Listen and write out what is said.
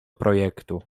projektu